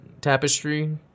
tapestry